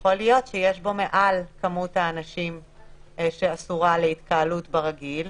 יכול להיות שיש בו מעל כמות האנשים שאסורה להתקהלות ברגיל,